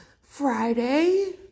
Friday